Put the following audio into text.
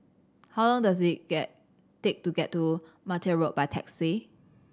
how long does it get take to get to Martia Road by taxi